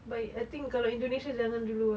baik I think kalau indonesia jangan dulu ah